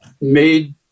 made